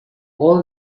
all